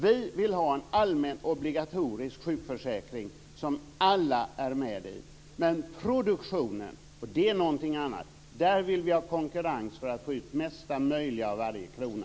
Vi vill ha en allmän obligatorisk sjukförsäkring som alla omfattas av. Men i produktionen, och det är någonting annat, vill vi ha konkurrens för att få ut mesta möjliga av varje krona.